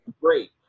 great